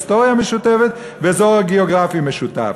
היסטוריה משותפת ואזור גיאוגרפי משותף,